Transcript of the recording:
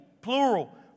plural